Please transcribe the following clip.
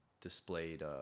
displayed